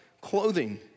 clothing